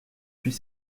puis